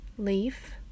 leaf